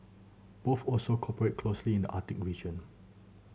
both also cooperate closely in the Arctic region